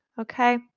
okay